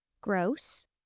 Gross